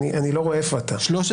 הצבעה לא אושרה נפל.